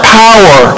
power